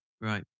right